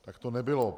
Tak to nebylo.